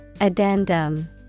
Addendum